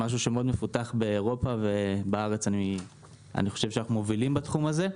זה משהו שמאוד מפותח באירופה ובארץ אני חושב שאנחנו מובילים בתחום הזה.